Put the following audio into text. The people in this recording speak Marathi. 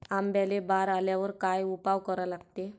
आंब्याले बार आल्यावर काय उपाव करा लागते?